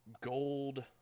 gold